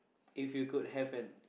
if you could have an